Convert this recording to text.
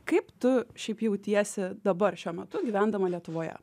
kaip tu šiaip jautiesi dabar šiuo metu gyvendama lietuvoje